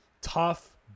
tough